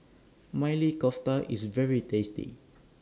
Maili Kofta IS very tasty